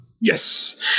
Yes